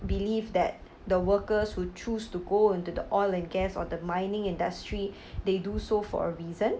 believe that the workers who choose to go into the oil and gas or the mining industry they do so for a reason